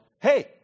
hey